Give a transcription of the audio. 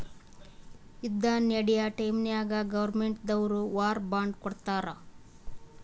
ಯುದ್ದ ನಡ್ಯಾ ಟೈಮ್ನಾಗ್ ಗೌರ್ಮೆಂಟ್ ದವ್ರು ವಾರ್ ಬಾಂಡ್ ಕೊಡ್ತಾರ್